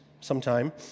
sometime